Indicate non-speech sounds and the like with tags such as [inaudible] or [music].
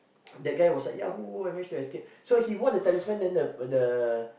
[noise] that guy was like ya who who managed to escape so he wore the talisman then the the